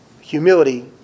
Humility